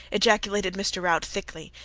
ejaculated mr. rout thickly,